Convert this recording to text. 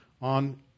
on